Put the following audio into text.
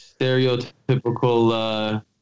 stereotypical